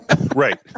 Right